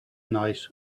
night